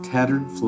Tattered